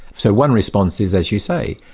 so one response is, as you say,